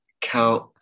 count